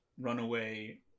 runaway